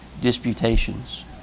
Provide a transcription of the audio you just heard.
disputations